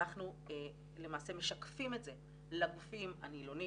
אנחנו למעשה משקפים את זה לגופים הנילונים